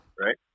right